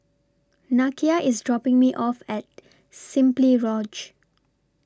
Nakia IS dropping Me off At Simply Lodge